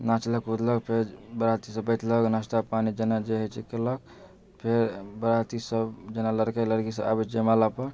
नाचलक कूदलक फेर बराती सब बैठलक नास्ता पानि जेना जे होइत छै कयलक फेर बराती सब जेना लड़के लड़की सब आबैत छै जयमाला पर